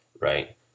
right